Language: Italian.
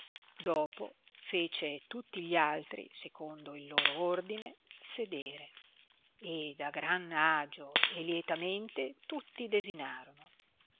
dopo fece tutti gli altri secondo il loro ordine sedere ed a gran agio e lietamente tutti desinarono